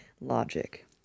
logic